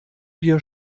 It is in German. dir